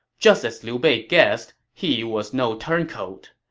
just as liu bei guessed, he was no turncoat.